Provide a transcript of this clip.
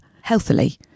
healthily